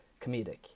comedic